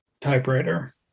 typewriter